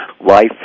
life